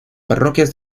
parroquias